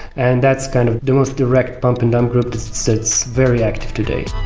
and that's kind of the most direct pump and um group that's that's very active today